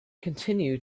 continue